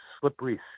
slippery